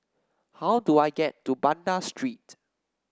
how do I get to Banda Street